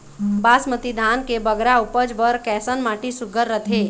बासमती धान के बगरा उपज बर कैसन माटी सुघ्घर रथे?